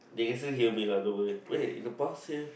they also heal me either way wait in the past year